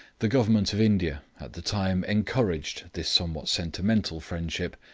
the government of india at the time encouraged this somewhat sentimental friendship,